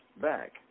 back